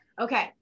Okay